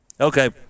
Okay